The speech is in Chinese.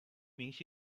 明星